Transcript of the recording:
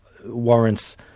warrants